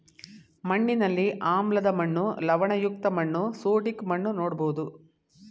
ಮಣ್ಣಿನಲ್ಲಿ ಆಮ್ಲದ ಮಣ್ಣು, ಲವಣಯುಕ್ತ ಮಣ್ಣು, ಸೋಡಿಕ್ ಮಣ್ಣು ನೋಡ್ಬೋದು